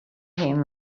him